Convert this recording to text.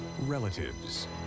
relatives